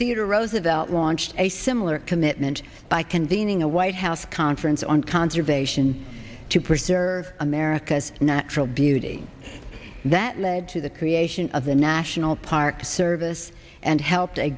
theater roosevelt launched a similar commitment by convening a white house conference on conservation to preserve america's natural beauty that led to the creation of the national park service and helped a